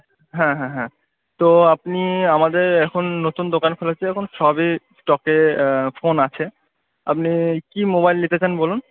হ্যাঁ হ্যাঁ হ্যাঁ তো আপনি আমাদের এখন নতুন দোকান খুলেছে এখন সবই স্টকে ফোন আছে আপনি কি মোবাইল নিতে চান বলুন